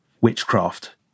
witchcraft